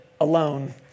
alone